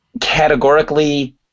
categorically